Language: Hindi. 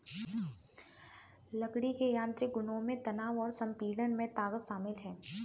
लकड़ी के यांत्रिक गुणों में तनाव और संपीड़न में ताकत शामिल है